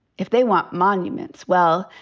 if they want monuments, well,